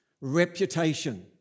Reputation